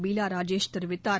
பீலா ராஜேஷ் தெரிவித்தார்